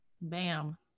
bam